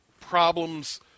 problems